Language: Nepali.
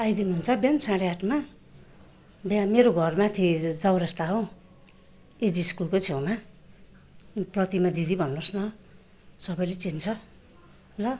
आइदिनु हुन्छ बिहान साढे आठमा ब्या मेरो घरमाथि चौरस्ता हौ एजी स्कुलकै छेउमा प्रतिमा दिदी भन्नुहोस् न सबैले चिन्छ ल